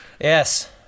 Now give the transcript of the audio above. Yes